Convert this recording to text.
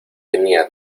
tenía